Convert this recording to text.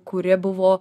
kurie buvo